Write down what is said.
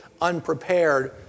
unprepared